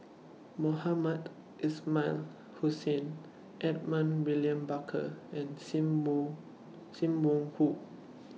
Mohamed Ismail Hussain Edmund William Barker and SIM Wong SIM Wong Hoo